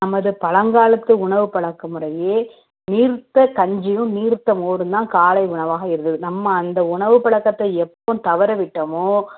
நமது பழங்காலத்து உணவு பழக்கமுறையே நீர்த்த கஞ்சியும் நீர்த்த மோரும் தான் காலை உணவாகயிருந்தது நம்ம அந்த உணவு பழக்கத்த எப்போ தவறவிட்டோமோ